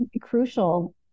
crucial